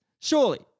Surely